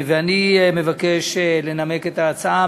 אני מבקש לנמק את ההצעה.